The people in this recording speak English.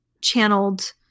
channeled